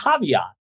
caveat